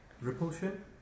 Repulsion